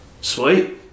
Sweet